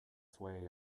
sway